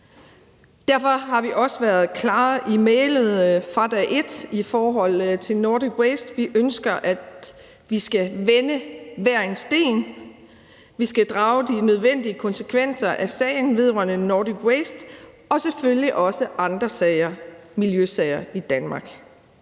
Derfor har vi også været klare i mælet fra dag et i forhold til Nordic Waste. Vi ønsker, at vi skal vende hver en sten. Vi skal drage de nødvendige konsekvenser af sagen vedrørende Nordic Waste og selvfølgelig også andre miljøsager i Danmark.